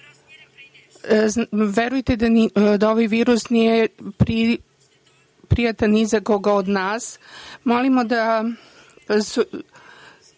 Verujte da ovaj virus nije prijatan ni za koga od nas.